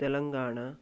Telangana